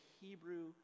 Hebrew